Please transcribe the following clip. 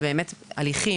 אלא באמת הליכים,